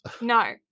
No